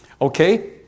Okay